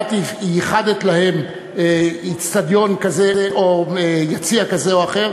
את ייחדת להם יציע כזה או אחר,